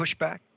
pushback